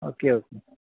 okay okay